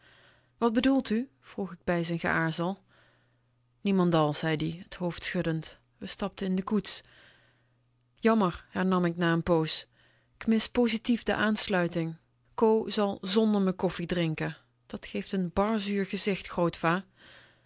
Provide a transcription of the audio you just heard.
wat bedoelt u vroeg k bij z'n geaarzel niemendal zei ie t hoofd schuddend we stapten in de koets jammer hernam k na n poos ik mis positief de aansluiting co zal zonder me koffie drinken dat geeft n bar zuur gezicht